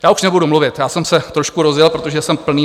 Já už nebudu mluvit, já jsem se trošku rozjel, protože jsem toho plný.